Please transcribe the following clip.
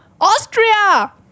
Austria